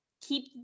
keep